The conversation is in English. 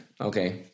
Okay